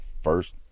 first